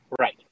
Right